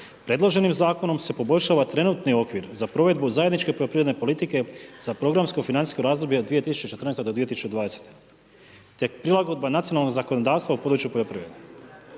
Predloženim zakonom se poboljšava trenutni okvir za provedbu zajedničke poljoprivredne politike za programsko financijsko razdoblje od 2014. do 2020. te prilagodba nacionalnog zakonodavstva u području poljoprivrede.